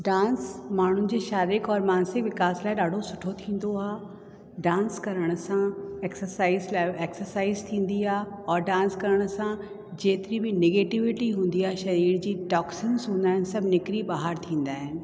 dance माण्हुनि जी शारिरिक और मानसिक विकास लाइ ॾाढो सुठो थींदो आहे डांस करण सां एक्सरसाइज़ लाइ एक्सरसाइज़ थींदी आहे और डांस करण सां जेतिरी बि नेगिटिविटी हूंदी आहे शरीर जी टॉक्सिंस हूंदा आहिनि सभु निकिरी ॿाहिरि थींदा आहिनि